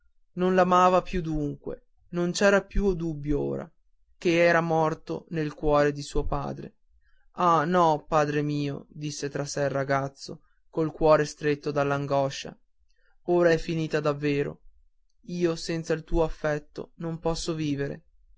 tossire non l'amava più dunque non c'era più dubbio ora egli era morto nel cuore di suo padre ah no padre mio disse tra sé il ragazzo col cuore stretto dall'angoscia ora è finita davvero io senza il tuo affetto non posso vivere